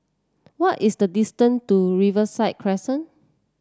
what is the distance to Riverside Crescent